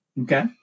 Okay